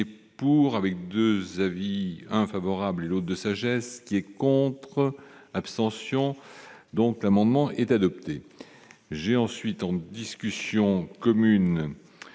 pour, avec 2 avis un favorable de sagesse qui est contre, abstention donc l'amendement est adopté, j'ai ensuite en discussion commune